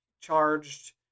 charged